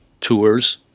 tours